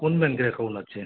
কোন ব্যাংকের অ্যাকাউন্ট আছে